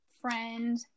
friend